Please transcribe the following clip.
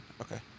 Okay